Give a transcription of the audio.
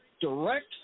direct